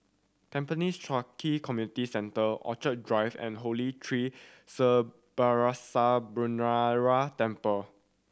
Tampines Changkat Community Centre Orchid Drive and Holy Tree Sri Balasubramaniar Temple